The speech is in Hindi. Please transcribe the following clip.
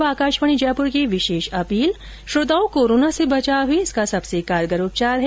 और अब आकाशवाणी जयपुर के समाचार विभाग की विशेष अपील श्रोताओं कोरोना से बचाव ही इसका सबसे कारगर उपचार है